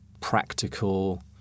practical